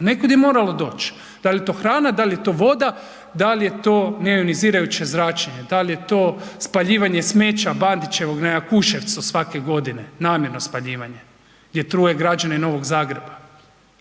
nekud je moralo doći. Da li je to hrana, da li je to voda, da li je to neionizirajuće zračenje, da li je to spaljivanje smeća Bandićevog na Jakuševcu svake godine namjerno spaljivanje gdje truje građane Novog Zagreba